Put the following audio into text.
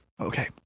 Okay